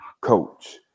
coach